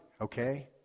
okay